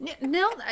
No